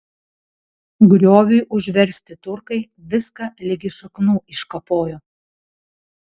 grioviui užversti turkai viską ligi šaknų iškapojo